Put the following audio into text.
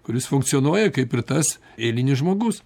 kuris funkcionuoja kaip ir tas eilinis žmogus